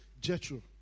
Jethro